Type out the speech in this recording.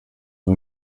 aho